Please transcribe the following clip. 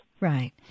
Right